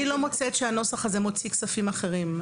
אני לא מוצאת שהנוסח הזה מוציא כספים אחרים.